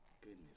Goodness